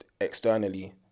externally